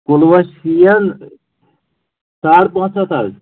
کُلوُوَس چھی یَن ساڑ پانٛژھ ہَتھ حظ